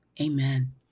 Amen